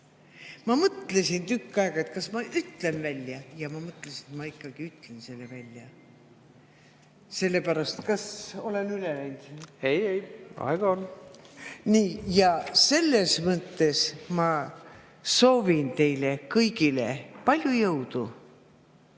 Ma mõtlesin tükk aega, kas ma ütlen selle välja. Ma mõtlesin, et ma ikkagi ütlen selle välja, sellepärast … Kas olen ajast üle läinud? Ei-ei, aega on. Nii. Selles mõttes ma soovin teile kõigile palju jõudu